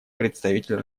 представитель